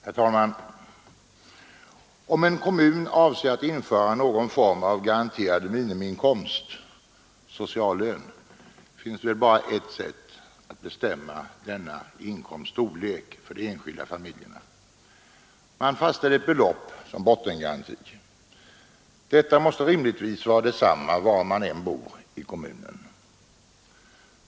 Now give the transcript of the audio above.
Herr talman! Om en kommun avser att införa någon form av garanterad minimiinkomst — sociallön — finns det väl bara ett sätt att bestämma denna inkomsts storlek för de enskilda familjerna. Man fastställer ett belopp som bottengaranti. Detta måste rimligtvis vara detsamma var en familj än bor i kommunen.